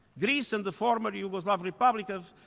greece and the former yugoslav republic of